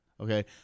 okay